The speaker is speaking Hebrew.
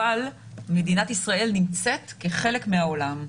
אבל מדינת ישראל נמצאת כחלק מהעולם,